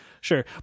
sure